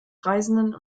reisenden